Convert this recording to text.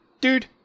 Dude